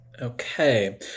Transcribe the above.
Okay